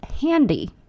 handy